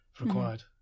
required